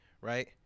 Right